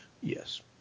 Yes